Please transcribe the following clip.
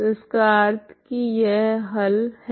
तो इसका अर्थ है की यह हल है